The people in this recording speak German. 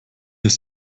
ist